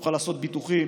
יוכל לעשות ביטוחים,